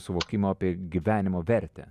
suvokimo apie gyvenimo vertę